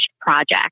project